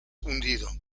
hundido